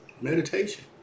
Meditation